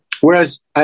Whereas